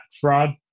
fraud